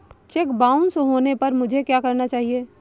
Check bounce होने पर मुझे क्या करना चाहिए?